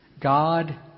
God